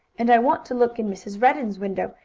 and i want to look in mrs. redden's window,